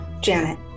Janet